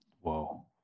whoa